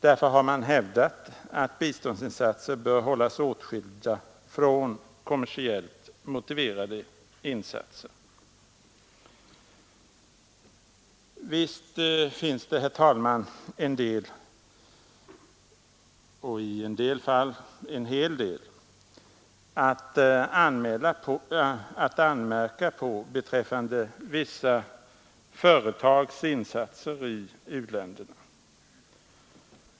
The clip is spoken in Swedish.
Därför har man hävdat att biståndsinsatser bör hållas åtskilda från kommersiellt motiverade insatser. Visst finns det en del — och i en del fall en hel del — att anmärka på beträffande vissa företags insatser i u-länderna.